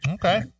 Okay